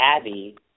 Abby